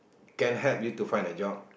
can help you to find a job